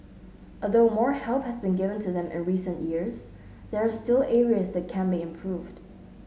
although more help has been given to them in recent years there are still areas that can be improved